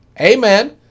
Amen